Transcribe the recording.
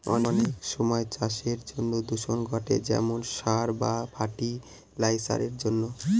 অনেক সময় চাষের জন্য দূষণ ঘটে যেমন সার বা ফার্টি লাইসারের জন্য